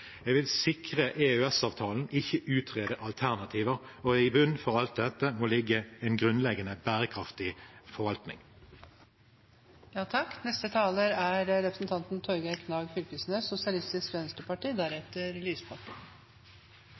Jeg vil sikre EØS-avtalen, ikke utrede alternativer. Og i bunnen for alt dette må det ligge en grunnleggende bærekraftig forvaltning. Eg vil anbefale statsråden å ta ordet. Dette er